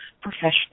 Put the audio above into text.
professional